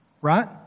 Right